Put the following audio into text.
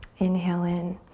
inhale in.